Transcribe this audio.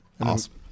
awesome